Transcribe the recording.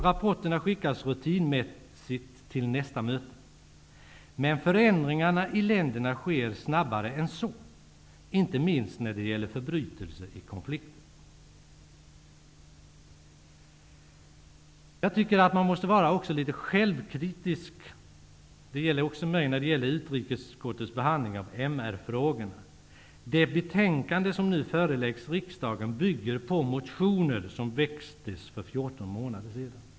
Rapporterna skickas rutinmässigt till nästkommande möte. Men förändringarna i länderna sker snabbare än så, inte minst när det gäller förbrytelser i konflikter. Man måste vara litet självkritisk -- det gäller också mig -- när det gäller utrikesutskottets behandling av MR-frågorna. Det betänkande som nu föreläggs riksdagen bygger på motioner som väcktes för 14 månader sedan.